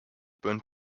burnt